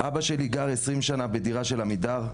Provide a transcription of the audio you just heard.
אבא שלי גר 20 שנים בדירה של עמידר.